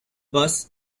bos